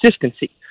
consistency